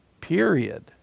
Period